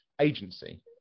agency